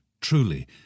truly